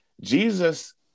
Jesus